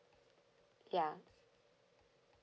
ya